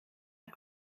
der